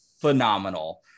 phenomenal